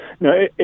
No